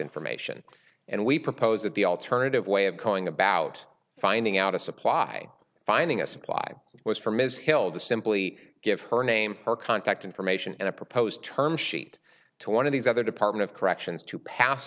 information and we propose that the alternative way of calling about finding out a supply finding a supply was for ms hill to simply give her name or contact information and a proposed term sheet to one of these other department of corrections to pass